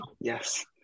yes